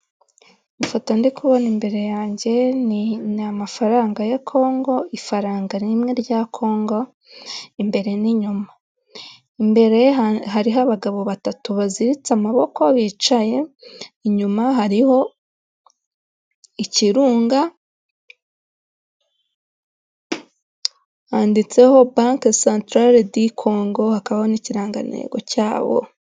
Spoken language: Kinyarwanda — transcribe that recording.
Ifoto ndi kubona imbere yanjye ni amafaranga ya Congo ifaranga rimwe rya Congo imbere n'inyuma imbere hariho abagabo batatu baziritse amaboko bicaye inyuma hariho ikirunga han bank ctrale di kongo hakaba n'ikirangantego cyabo.